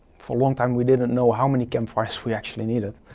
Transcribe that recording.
for a long time we didn't know how many campfires we actually needed,